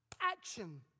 action